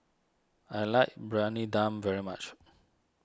I like Briyani Dum very much